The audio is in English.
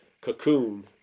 cocoon